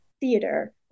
theater